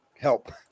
help